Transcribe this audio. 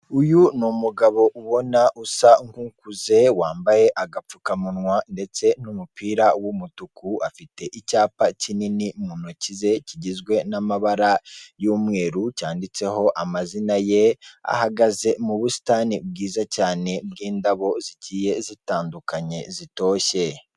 Uyu ni umugabo ubona usa nkukuze; wambaye agapfukamunwa ndetse n'umupira w'umutuku afite icyapa kinini mu ntoki ze kigizwe n'amabara y'umweru cyanditseho amazina ye, ahagaze mu busitani bwiza cyane bw'indabo zigiye zitandukanye zitoshye.